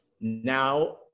Now